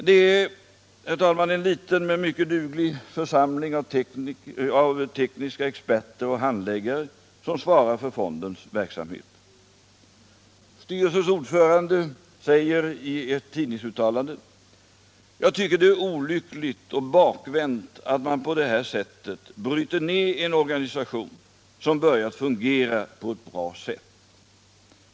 Det är en liten men mycket duglig församling av tekniska experter och handläggare som svarar för fondens verksamhet. Styrelsens ordförande säger i ett tidningsuttalande: ”Jag tycker det är olyckligt och bakvänt att man på det här sättet bryter ned en organisation som börjat fungera på ett bra sätt.